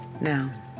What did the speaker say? Now